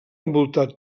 envoltat